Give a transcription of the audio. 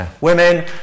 Women